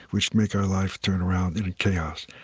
which make our life turn around into chaos.